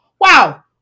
Wow